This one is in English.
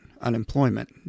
unemployment